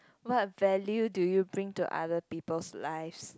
what value do you bring to other people's life